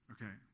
Okay